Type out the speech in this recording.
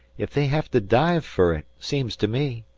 ef they hev to dive fer it, seems to me.